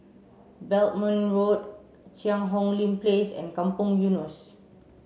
Belmont Road Cheang Hong Lim Place and Kampong Eunos